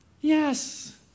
Yes